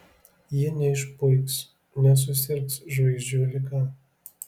ji neišpuiks nesusirgs žvaigždžių liga